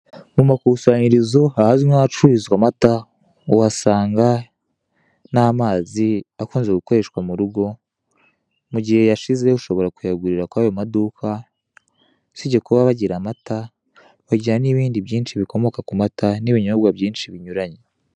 Mu makusanyirizo ahazwi nk'ahacururizwa amata ,uhasanga n'amazi akunze gukoreshwa mu rugo, mu gihe yashize ushobora kuyagurira kwayo maduka, usibye kuba bagira amata bagira n'ibindi byinshi bikomoka ku mata n'ibinyobwa byinshi binyuranye.